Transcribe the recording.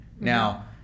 Now